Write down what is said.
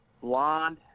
blonde